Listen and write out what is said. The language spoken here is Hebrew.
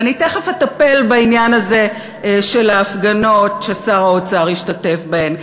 ואני תכף אטפל בעניין הזה של ההפגנות ששר האוצר השתתף בהן,